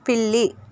పిల్లి